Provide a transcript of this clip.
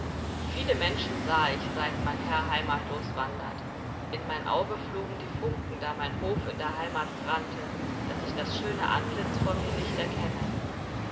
viele menschen sah ich seit mein herr heimatlos wandert in mein auge flogen die funken da mein hof in der heimat brannte daß ich das schöne antlitz vor mir nicht erkenne